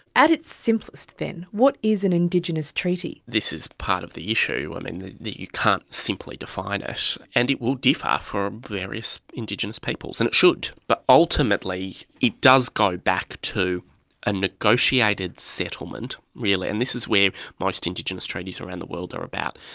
at its simplest then, what is an indigenous treaty? this is part of the issue, um and that you can't simply define it. and it will differ for various indigenous peoples, and it should. but ultimately it does go back to a negotiated settlement really, and this is where most indigenous treaties around the world are about,